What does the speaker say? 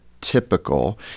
typical